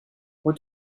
what